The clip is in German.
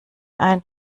ein